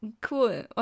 Cool